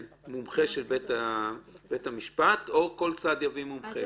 מומחה של בית משפט, או שכל צד יביא מומחה?